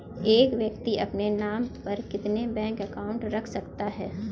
एक व्यक्ति अपने नाम पर कितने बैंक अकाउंट रख सकता है?